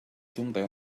تمطر